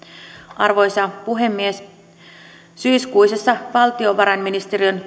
arvoisa puhemies syyskuisessa valtiovarainministeriön